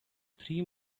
three